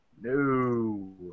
No